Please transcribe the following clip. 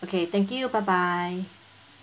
okay thank you bye bye